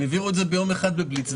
הם העבירו את זה ביום אחד בבליץ,